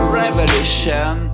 revolution